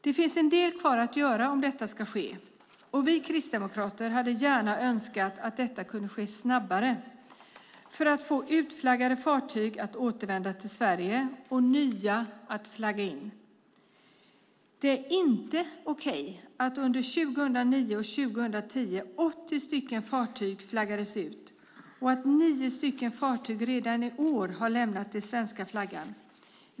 Det finns en del kvar att göra om detta ska ske, och vi kristdemokrater hade gärna önskat att detta kunde ske snabbare för att få utflaggade fartyg att återvända till Sverige och nya att flagga in. Det är inte okej att 80 fartyg flaggades ut under 2009 och 2010 och att 9 fartyg redan i år har lämnat den svenska flaggan.